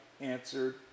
answered